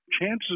chances